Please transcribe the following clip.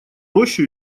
рощу